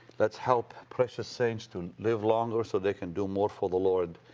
let's help precious saints to live longer so they can do more for the lord.